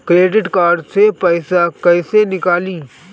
Credit card से पईसा केइसे निकली?